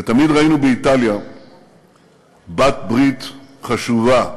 ותמיד ראינו באיטליה בעלת-ברית חשובה,